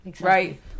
right